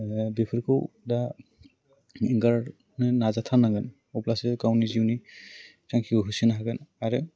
नोङो बेफोरखौ दा एंगारनो नाजाथारनांगोन अब्लासो गावनि जिउनि थांखिखौ होसोनो हागोन आरो